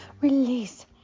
Release